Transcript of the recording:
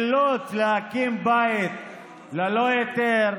אילוץ להקים בית ללא היתר,